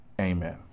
Amen